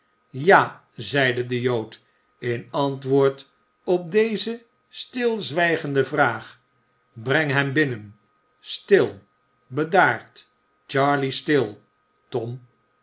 ja zeide de jood in antwoord op deze stilzwijgende vraag breng hem binnen stil bedaard charley stil tom